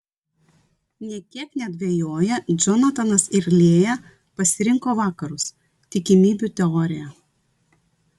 nė kiek nedvejoję džonatanas ir lėja pasirinko vakarus tikimybių teoriją